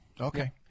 okay